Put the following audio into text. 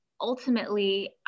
ultimately